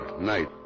night